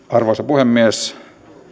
arvoisa puhemies